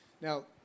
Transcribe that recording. Now